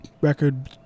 record